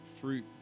fruit